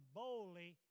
boldly